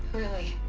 really.